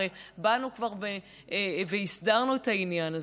הרי באנו כבר והסדרנו את העניין הזה.